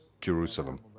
Jerusalem